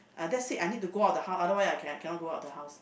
uh that's it I need to go out the house otherwise I can't cannot go out the house